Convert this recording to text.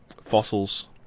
fossils